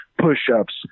push-ups